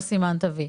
לא סימנת וי,